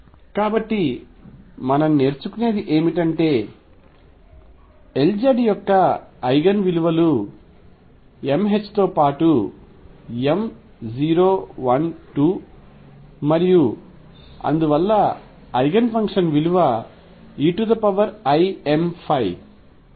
కాబట్టి మనం నేర్చుకునేది ఏమిటంటే Lz యొక్క ఐగెన్ విలువలు m ℏ తో పాటు m 0 1 2 మరియు అందువలన ఐగెన్ ఫంక్షన్ విలువ eimϕ